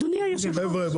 חבר'ה,